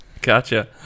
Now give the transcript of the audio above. Gotcha